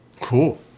Cool